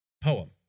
poem